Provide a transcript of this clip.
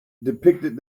depicted